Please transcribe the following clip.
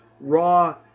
Raw